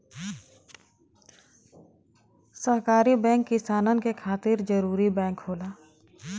सहकारी बैंक किसानन के खातिर जरूरी बैंक होला